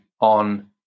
on